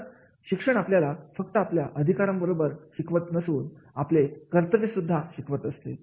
तर शिक्षण आपल्याला फक्त आपल्या अधिकारांबाबत शिकवत नसून आपले कर्तव्य सुद्धा शिकवत असत